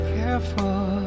careful